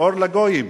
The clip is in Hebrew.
"אור לגויים".